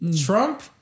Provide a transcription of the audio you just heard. Trump